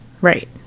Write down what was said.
Right